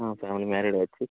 ஆமாம் சார் வந்து மேரேஜ் ஆயிருச்சு